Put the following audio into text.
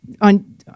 on